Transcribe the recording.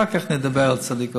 אחר כך נדבר על הצדיק הזה.